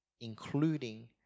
including